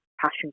passion